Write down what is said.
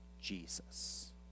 Jesus